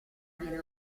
viene